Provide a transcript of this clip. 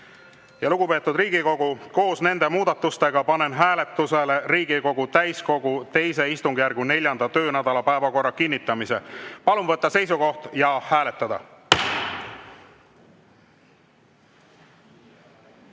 välja. Lugupeetud Riigikogu! Koos nende muudatustega panen hääletusele Riigikogu täiskogu II istungjärgu 4. töönädala päevakorra kinnitamise. Palun võtta seisukoht ja hääletada!